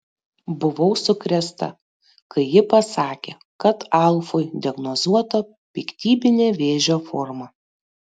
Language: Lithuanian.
buvau sukrėsta kai ji pasakė kad alfui diagnozuota piktybinė vėžio forma